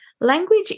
Language